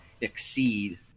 exceed